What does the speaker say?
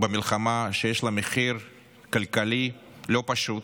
ויש לה מחיר כלכלי לא פשוט,